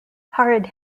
horrid